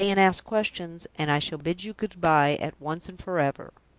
stay and ask questions, and i shall bid you good-by at once and forever!